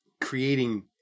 creating